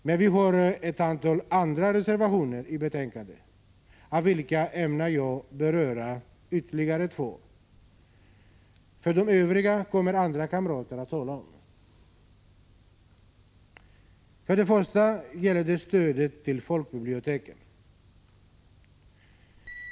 Men vi har ett antal andra reservationer i betänkandet, av vilka jag ämnar beröra ytterligare två. De övriga kommer ett par av mina kamrater att tala om. För det första gäller det stödet till folkbiblioteken.